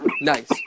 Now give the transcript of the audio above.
Nice